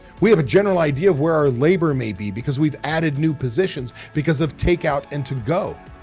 we have a general idea of where our labor may be because we've added new positions because of takeout and to go.